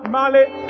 Male